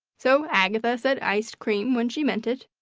so agatha said iced cream when she meant it,